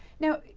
now,